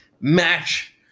match